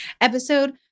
Episode